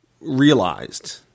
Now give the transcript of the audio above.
realized